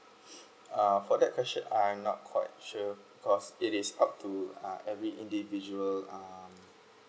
err for that question I'm not quite sure cause it is up to uh every individual um